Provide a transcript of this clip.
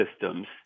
systems